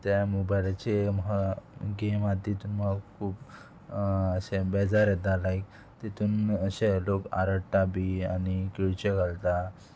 त्या मोबायलाचेर गेम आहा तितून म्हाका खूब अशे बेजार येता लायक तितून अशे लोक आरडटा बी आनी किळच्यो घालता